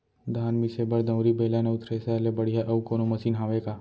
धान मिसे बर दउरी, बेलन अऊ थ्रेसर ले बढ़िया अऊ कोनो मशीन हावे का?